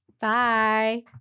Bye